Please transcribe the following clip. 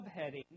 subheading